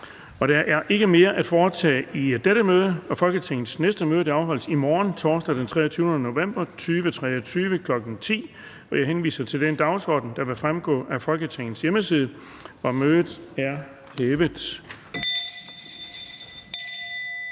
Der er ikke mere at foretage i dette møde. Folketingets næste møde afholdes i morgen, torsdag den 23. november 2023, kl. 10.00. Jeg henviser til den dagsorden, der fremgår af Folketingets hjemmeside. Mødet er hævet.